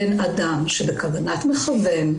בין אדם שבכוונת מכוון,